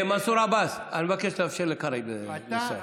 מנסור עבאס, אני מבקש לאפשר לקרעי לסיים.